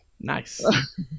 Nice